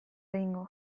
egingo